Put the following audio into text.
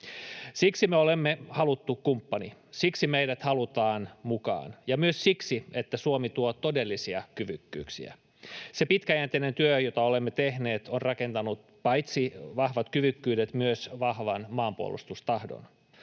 Siksi me olemme haluttu kumppani, siksi meidät halutaan mukaan, ja myös siksi, että Suomi tuo todellisia kyvykkyyksiä. Se pitkäjänteinen työ, jota olemme tehneet, on rakentanut paitsi vahvat kyvykkyydet myös vahvan maanpuolustustahdon.